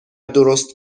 درست